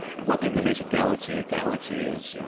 and one thing that makes a galaxy a galaxy is,